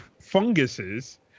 funguses